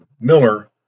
Miller